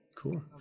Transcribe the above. Cool